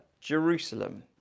Jerusalem